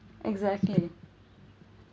exactly